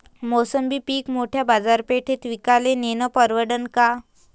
मोसंबी पीक मोठ्या बाजारपेठेत विकाले नेनं परवडन का?